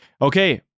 Okay